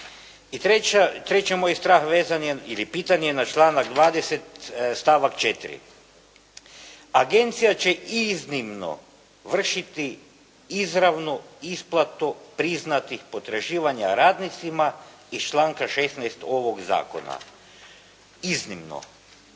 treće, moj strah vezan je ili pitanje na članak 20. stavak 4. Agencija će iznimno vršiti izravnu isplatu priznatih potraživanja radnicima iz članka 16. ovog zakona. Iznimno.